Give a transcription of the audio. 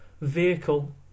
vehicle